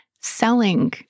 selling